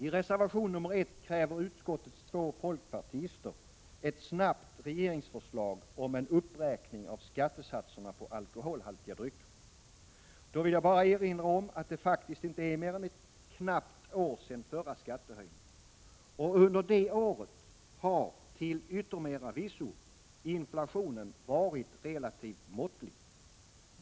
I reservation nr 1 kräver utskottets två folkpartister ett snabbt regeringsförslag om en uppräkning av skattesatserna på alkoholhaltiga drycker. Då vill jag erinra om att det faktiskt inte är mer än ett knappt år sedan förra skattehöjningen. Under detta år har till yttermera visso inflationen varit relativt måttlig.